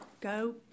go